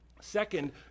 Second